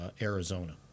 Arizona